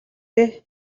дээ